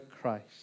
Christ